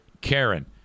Karen